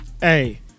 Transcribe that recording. Hey